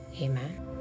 amen